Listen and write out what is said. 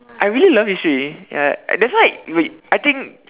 I really love history ya that's why we I think